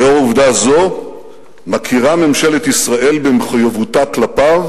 לאור עובדה זו מכירה ממשלת ישראל במחויבותה כלפיו